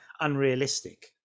unrealistic